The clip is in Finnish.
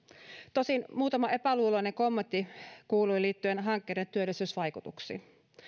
tosin muutama epäluuloinen kommentti kuului liittyen hankkeiden työllisyysvaikutuksiin